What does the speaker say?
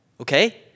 Okay